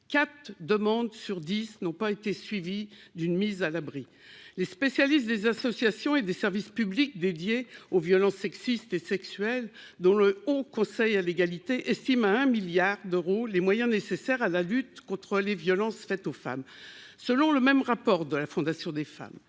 quatre demandes sur 10 n'ont pas été suivie d'une mise à l'abri les spécialistes des associations et des services publics dédiés aux violences sexistes et sexuelles dans le Haut Conseil à l'égalité, estime à un milliard d'euros les moyens nécessaires à la lutte contre les violences faites aux femmes, selon le même rapport de la Fondation des femmes